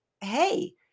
hey